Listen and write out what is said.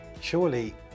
Surely